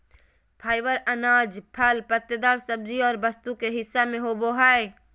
fibre अनाज, फल पत्तेदार सब्जी और वस्तु के हिस्सा में होबो हइ